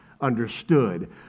understood